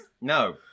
No